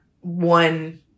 one